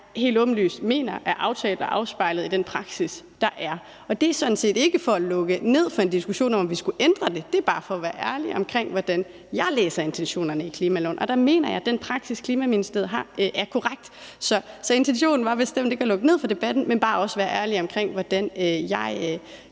helt åbenlyst mener er aftalt og afspejlet i den praksis, der er. Det er sådan set ikke for at lukke ned for en diskussion om, at vi skulle ændre det. Det er bare for at være ærlig omkring, hvordan jeg læser intentionerne i klimaloven, og der mener jeg, at den praksis, Klima-, Energi- og Forsyningsministeriet har, er korrekt. Så intentionen var bestemt ikke at lukke ned for debatten, men bare også at være ærlig omkring, hvordan jeg